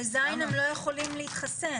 ב-ז' הם לא יכולים להתחסן.